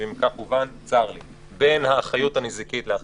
ואם כך הובן, צר לי בין האחריות הנזיקית לאחרת.